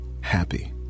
happy